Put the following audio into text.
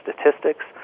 statistics